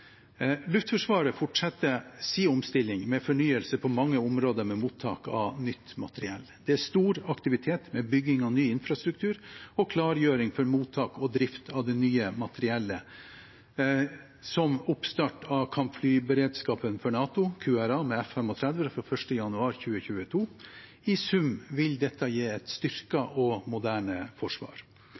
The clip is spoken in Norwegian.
Luftforsvaret forsetter sin omstilling med fornyelse på mange områder med mottak av nytt materiell. Det er stor aktivitet med bygging av ny infrastruktur og klargjøring for mottak og drift av det nye materiellet, som oppstart av kampflyberedskapen for NATO, QRA med F-35, fra 1. januar 2022. I sum vil dette gi et styrket og moderne forsvar.